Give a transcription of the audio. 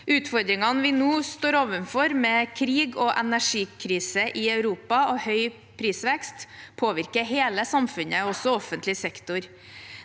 Utfordringene vi nå står overfor, med krig, energikrise i Europa og høy prisvekst, påvirker hele samfunnet, også offentlig sektor.